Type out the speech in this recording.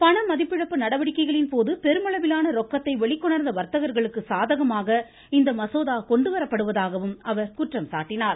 பண மதிப்பிழப்பு நடவடிக்கைகளின் போது பெருமளவிலான ரொக்கத்தை வெளிக் கொணர்ந்த வர்த்தகர்களுக்கு சாதகமாக இந்த மசோதா கொண்டுவரப் படுவதாகவும் அவர் குற்றம் சாட்டினார்